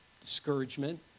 discouragement